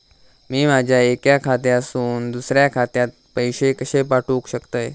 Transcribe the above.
मी माझ्या एक्या खात्यासून दुसऱ्या खात्यात पैसे कशे पाठउक शकतय?